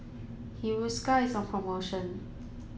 Hiruscar is on promotion